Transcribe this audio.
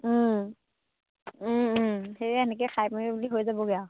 সেই এনেকে খাই পিনি বুলি হৈ যাবগে আৰু